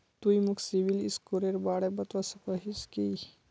तुई मोक सिबिल स्कोरेर बारे बतवा सकोहिस कि?